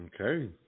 Okay